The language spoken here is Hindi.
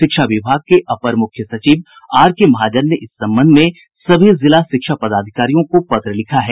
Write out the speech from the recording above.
शिक्षा विभाग के अपर मुख्य सचिव आर के महाजन ने इस संबंध में सभी जिला शिक्षा पदाधिकारियों को पत्र लिखा है